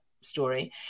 story